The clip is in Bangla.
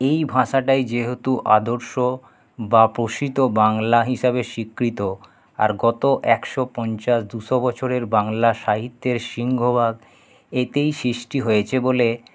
এই ভাষাটাই যেহেতু আদর্শ বা প্রসিদ্ধ বাংলা হিসাবে স্বীকৃত আর গত একশো পঞ্চাশ দুশো বছরের বাংলা সাহিত্যের সিংহভাগ এতেই সৃষ্টি হয়েছে বলে